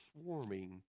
swarming